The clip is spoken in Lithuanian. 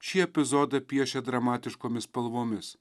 šį epizodą piešė dramatiškomis spalvomis